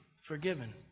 Forgiven